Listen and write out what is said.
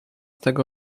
tego